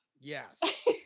Yes